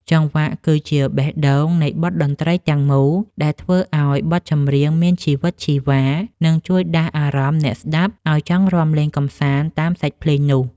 ចង្វាក់គឺជាបេះដូងនៃបទតន្ត្រីទាំងមូលដែលធ្វើឱ្យបទចម្រៀងមានជីវិតជីវ៉ា និងជួយដាស់អារម្មណ៍អ្នកស្ដាប់ឱ្យចង់រាំលេងកម្សាន្តតាមសាច់ភ្លេងនោះ។